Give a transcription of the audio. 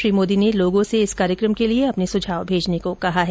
श्री मोदी ने लोगों से इस कार्यक्रम के लिए अपने विचार भेजने को कहा है